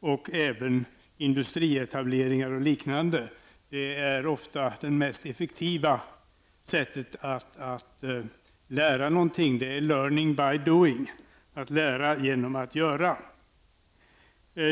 och även genom industrietableringar och liknande. Det är ofta det mest effektiva sättet att lära någonting. Det är learning by doing, att lära genom att göra.